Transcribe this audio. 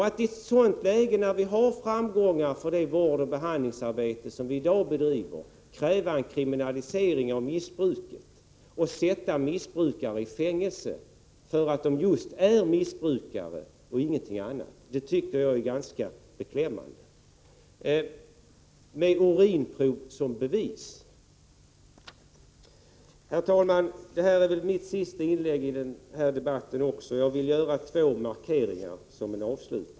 Att i ett läge där vi har framgångar för det vårdoch behandlingsarbete vi i dag bedriver kräva en kriminalisering av missbruket och med urinprov som bevis sätta missbrukare i fängelse för att de just är missbrukare och ingenting annat tycker jag är ganska beklämmande. Herr talman! Detta är mitt sista inlägg i den här debatten. Jag vill som avslutning göra några markeringar.